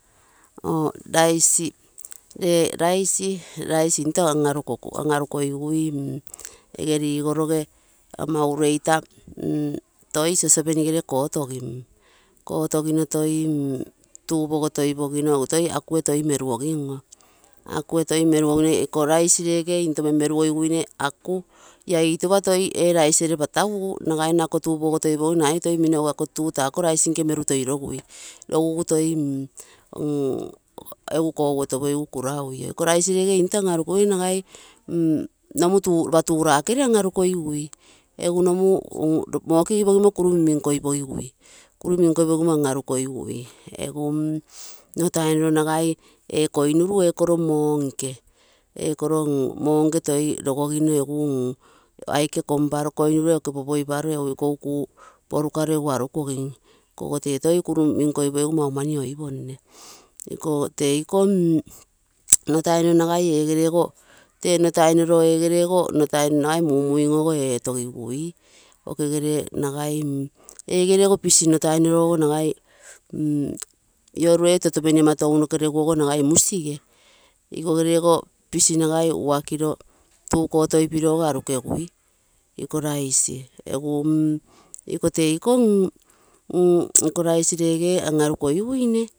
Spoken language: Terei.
Rice into an anekogigui ama urei ta toi saucepan gere kotogim toi taa pogotoi pogino egu toi akuee mureogim. Aku ee toi meneogino iko rice lege into mem meruogiguine abuu ia itupaa toi ee geisige patagugu nagai nno ako taa pogotoi pogino ragaino ako taa toi ako rice nke meru rogui. Roguga egu toi reguoto pogigu kiraui. Iko rice regere into an anekogiguine nagui mm nomu ropa tutu rakegere an anikogigui nomu moo kugipoi popimoan arukogigui. Arukogimo kune min koi pogigui. Kuru min koi pogimo an arukogigui egu nno taim noro ragai ee koinunu ee koro moo nke ekono mo nke ikoo toi rogogimo egu aike komparo koinuruee aike popoipiro porukaro egu anikogim. Inoko tee toi kuru min koi pogigu mau mani. Aponk. Ikogo terkomm nno tai rioroo nagai egere ogo nagai mumuing ogo etogigui. Okegere nagail egere ogo pisi nnotai noro ragui ioruno ee. Saucepan ama tounoke reguogo nagai musigee, iko gere pisi ragai nkiro nagai tuu kotoi teiko mmm iko rice nerege an arukogimoi.